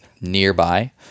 nearby